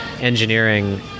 engineering